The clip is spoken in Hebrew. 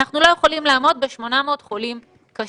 אנחנו לא יכולים לעמוד ב-800 חולים קשים.